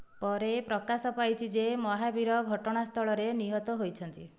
ପରେ ପ୍ରକାଶ ପାଇଛି ଯେ ମହାବୀର ଘଟଣାସ୍ଥଳରେ ନିହତ ହୋଇଛନ୍ତି